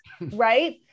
right